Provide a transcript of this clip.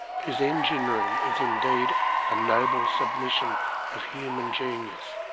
whose engine-room is indeed a noble submission of human genius,